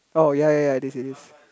oh ya ya ya it is it is